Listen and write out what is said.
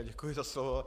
Děkuji za slovo.